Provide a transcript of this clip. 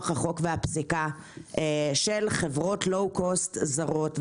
החוק והפסיקה של חברות לואו-קוסט זרות,